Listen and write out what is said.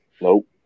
Nope